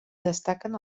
destaquen